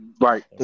Right